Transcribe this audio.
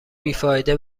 بیفایده